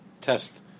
test